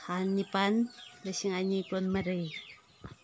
ꯊꯥ ꯅꯤꯄꯥꯜ ꯂꯤꯁꯤꯡ ꯑꯅꯤ ꯀꯨꯟ ꯃꯔꯤ